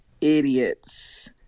idiots